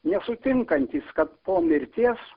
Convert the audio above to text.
nesutinkantis kad po mirties